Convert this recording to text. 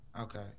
Okay